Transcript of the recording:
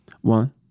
one